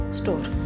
store